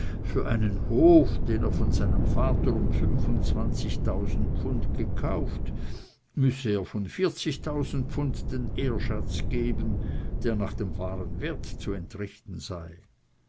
für einen hof den er von seinem vater um pfund gekauft müsse er von pfund den ehrschatz geben der nach dem wahren wert zu entrichten sei